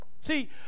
See